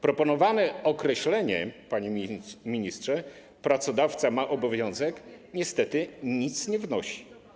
Proponowane określenie, panie ministrze, „pracodawca ma obowiązek” niestety nic nie wnosi.